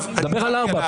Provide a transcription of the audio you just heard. דבר על ארבעה.